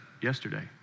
yesterday